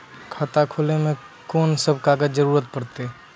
खाता खोलै मे कून सब कागजात जरूरत परतै?